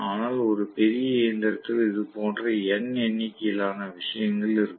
ஆனால் ஒரு பெரிய இயந்திரத்தில் இதுபோன்ற n எண்ணிக்கையிலான விஷயங்கள் இருக்கும்